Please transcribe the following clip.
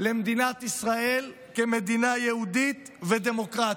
למדינת ישראל כמדינה יהודית ודמוקרטית.